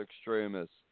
extremists